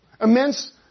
Immense